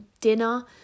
dinner